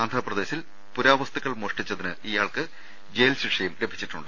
ആന്ധ്രാപ്രദേശിൽ പുരാവസ്തുക്കൾ മോഷ്ടിച്ചതിന് ഇയാൾക്ക് ജയിൽശിക്ഷ ലഭിച്ചിട്ടുണ്ട്